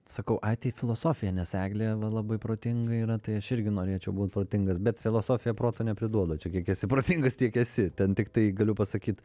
sakau ai tai filosofija nes eglė va labai protinga yra tai aš irgi norėčiau būt protingas bet filosofija proto nepriduoda čia kiek esi protingas tiek esi ten tiktai galiu pasakyt